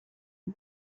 est